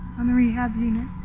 on the rehab unit.